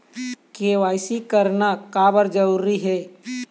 KYC करना का बर जरूरी हे?